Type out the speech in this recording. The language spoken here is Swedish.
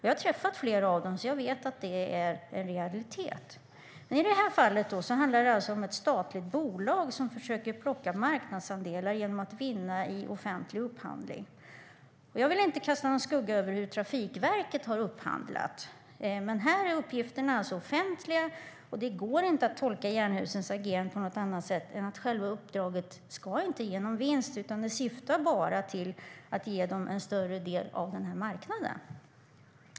Jag har träffat flera av dem och vet att det är en realitet. I detta fall handlar det alltså om ett statligt bolag som försöker plocka marknadsandelar genom att vinna i offentlig upphandling. Jag vill inte kasta någon skugga över hur Trafikverket har upphandlat. Men här är uppgifterna offentliga, och det går inte att tolka Jernhusens agerande på något annat sätt än att själva uppdraget inte ska ge någon vinst utan bara syftar till att ge dem en större del av denna marknad.